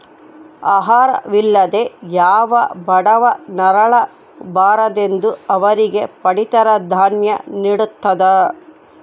ಆಹಾರ ವಿಲ್ಲದೆ ಯಾವ ಬಡವ ನರಳ ಬಾರದೆಂದು ಅವರಿಗೆ ಪಡಿತರ ದಾನ್ಯ ನಿಡ್ತದ